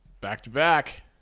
Back-to-back